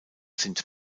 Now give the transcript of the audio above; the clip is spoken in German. sind